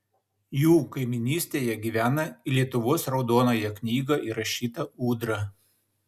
jų kaimynystėje gyvena į lietuvos raudonąją knygą įrašyta ūdra